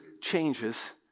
changes